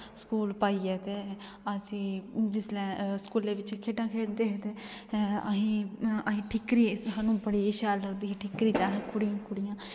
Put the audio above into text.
school पाइयै ते असें जिसलै स्कूलै बिच खेढां खेढदे हे ते असें ई असें ई ठिक्करी साह्नू बड़ी शैल लगदी ही ठिक्करी ते अस कुड़ियें ई कुड़ियां